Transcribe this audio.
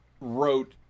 wrote